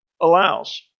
allows